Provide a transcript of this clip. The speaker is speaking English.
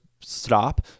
Stop